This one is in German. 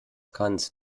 kannst